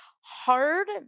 hard